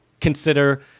consider